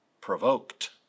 provoked